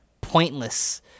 pointless